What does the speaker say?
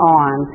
on